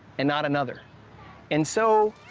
and not another and so,